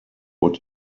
what